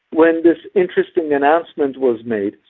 when this interesting announcement was made,